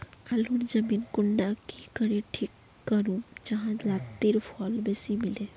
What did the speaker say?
आलूर जमीन कुंडा की करे ठीक करूम जाहा लात्तिर फल बेसी मिले?